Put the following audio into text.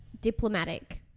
Diplomatic